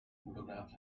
photographs